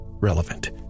relevant